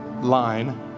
line